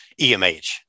EMH